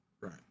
Right